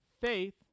Faith